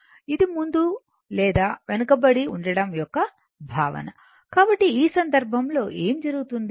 ఇది ముందు లేదా వెనుకబడి ఉండడం యొక్క భావనకాబట్టి ఈ సందర్భంలో ఏమి జరుగుతుంది